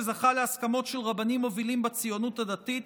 שזכה להסכמות של רבנים מובילים בציונות הדתית,